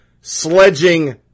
sledging